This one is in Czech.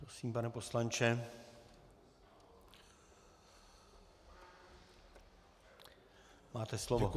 Prosím, pane poslanče, máte slovo.